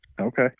Okay